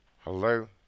hello